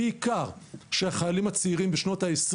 בעיקר של החיילים הצעירים בשנות ה-20